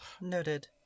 Noted